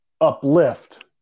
uplift